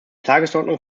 tagesordnung